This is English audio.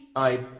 i